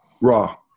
raw